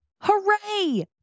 Hooray